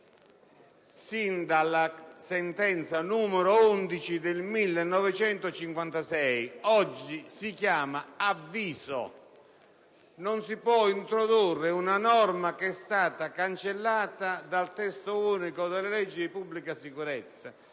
sin dalla sentenza n. 11 del 1956: oggi si chiama "avviso". Non si può introdurre una norma che è stata cancellata dal testo unico delle leggi di pubblica sicurezza.